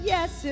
Yes